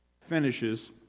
finishes